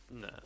No